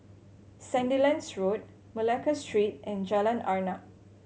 Sandilands Road Malacca Street and Jalan Arnap